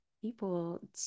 people